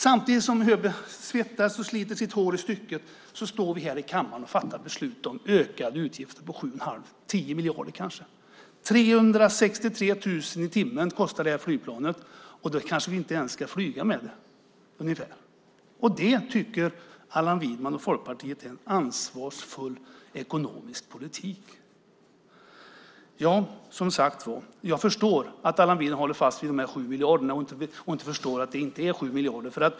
Samtidigt som ÖB svettas och sliter sitt hår fattar vi i kammaren beslut om ökade utgifter på 7 1⁄2 upp till kanske 10 miljarder. 363 000 i timmen kostar flygplanet, och då kanske vi inte ens ska flyga med det. Det tycker Allan Widman och Folkpartiet är ansvarsfull ekonomisk politik. Jag förstår att Allan Widman håller fast vid de 7 miljarderna och inte inser att det inte är 7 miljarder.